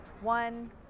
one